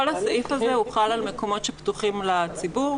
כל הסעיף הזה חל על מקומות שפתוחים לציבור,